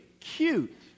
cute